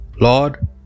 Lord